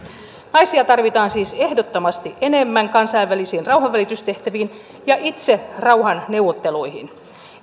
naisia tarvitaan siis ehdottomasti enemmän kansainvälisiin rauhanvälitystehtäviin ja itse rauhanneuvotteluihin